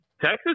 texas